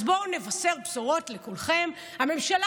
אז בואו נבשר בשורות לכולכם: הממשלה